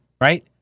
right